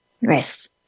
Yes